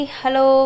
hello